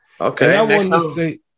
Okay